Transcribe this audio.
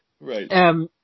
right